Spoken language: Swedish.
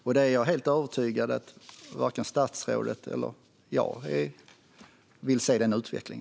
Jag är helt övertygad om att varken statsrådet eller jag vill se en sådan utveckling.